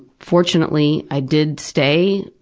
fortunately i did stay,